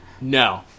no